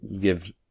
give